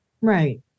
Right